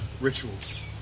rituals